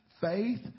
Faith